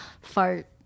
fart